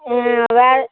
ம் வேறு